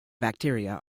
bacteria